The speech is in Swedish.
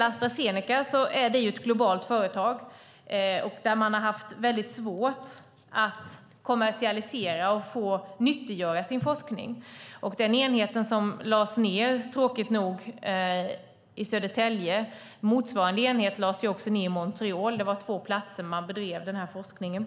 Astra Zeneca är ett globalt företag där man har haft väldigt svårt att kommersialisera och nyttiggöra sin forskning. Enheten lades, tråkigt nog, ned i Södertälje. Motsvarande enhet i Montreal lades också ned. Det var på två platser som man bedrev den här forskningen.